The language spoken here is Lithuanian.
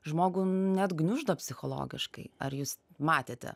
žmogų net gniuždo psichologiškai ar jūs matėte